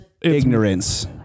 ignorance